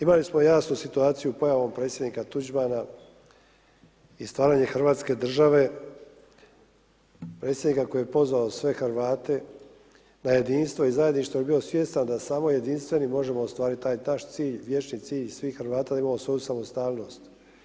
Imali smo jasnu situaciju pojavom Predsjednika Tuđmana i stanju hrvatske države, Predsjednika koji je pozvao sve Hrvate na jedinstvo i zajedništvo jer je bio svjestan da samo jedinstveni možemo ostvariti taj touch cilj, vječni cilj svih Hrvata da imamo svoju samostalnost.